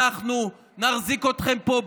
אנחנו נחזיק אתכם פה.